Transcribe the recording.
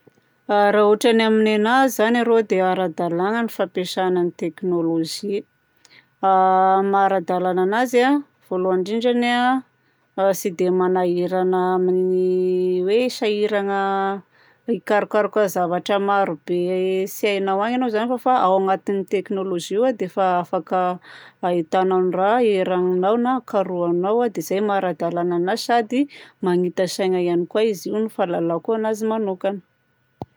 Raha ôtran'ny amin'ny anahy zany aloha a dia ara-dalàna ny fampiasagna ny technologie. Ny maha-ara-dalàna azy a dia voalohany indrindrany a, tsy dia magnahirana amin'ny hoe sahiragna hikarokaroka zavatra maro be tsy hainao agny ianao zany f'efa ao agnatin'io technologie io a dia efa afaka ahitagnao ny raha eragninao na karohanao a dia zay maha-ara-dalàna anazy sady manita-tsaigna ihany koa izy io raha ny fahalalako anazy manokagna.